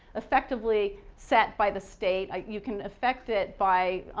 effectively set by the state. you can effect it by